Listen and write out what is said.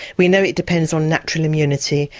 we know it depends on natural immunity,